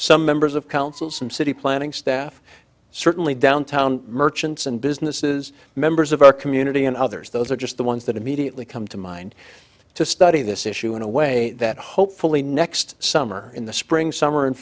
some members of council some city planning staff certainly downtown merchants and businesses members of our community and others those are just the ones that immediately come to mind to study this issue in a way that hopefully next summer in the spring summer and